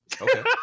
Okay